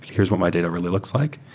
here's what my data really looks like.